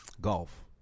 golf